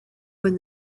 when